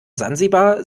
sansibar